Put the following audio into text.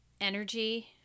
energy